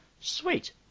sweet